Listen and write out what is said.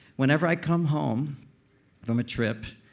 whenever i come home from a trip,